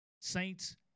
Saints